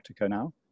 now